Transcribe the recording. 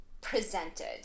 presented